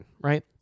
right